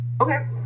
Okay